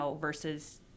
versus